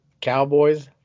Cowboys